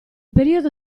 periodo